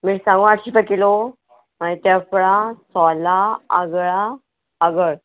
मिरसांगो आठ रुपया किलो मागीर तेफळां सोलां आगळां आगळ